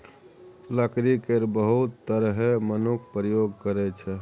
लकड़ी केर बहुत तरहें मनुख प्रयोग करै छै